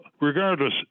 regardless